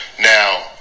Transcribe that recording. now